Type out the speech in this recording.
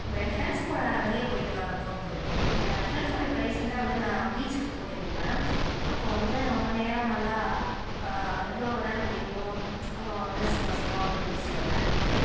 அப்புறம் என் ஃபரெண்ட்ஸ் கூட வெளியே போயிட்டு வரதும் பிடிக்கும் என் ஃபரெண்ட்ஸ் கூட இப்போ ரீசண்டாக வந்து நான் பீச்சுக்கு போயிருந்தேன் அப்போ வந்து ரொம்ப நேரம் நல்லா எவ்வளோ விளையாட முடியுமோ அவ்வளோ வந்து சந்தோஷமா வந்து பீச்சில் விளையாண்டுட்டு